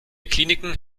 kliniken